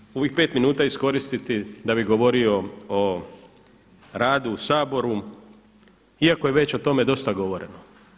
Ja ću u ovih pet minuta iskoristiti da bih govorio o radu u Saboru iako je već o tome dosta govoreno.